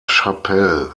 chapelle